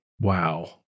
Wow